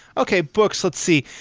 okay, books. let's see.